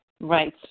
Right